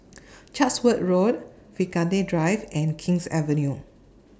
Chatsworth Road Vigilante Drive and King's Avenue